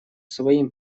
своим